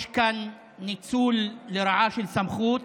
יש כאן ניצול לרעה של סמכות,